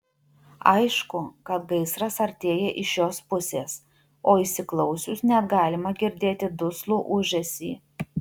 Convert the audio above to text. aišku kad gaisras artėja iš šios pusės o įsiklausius net galima girdėti duslų ūžesį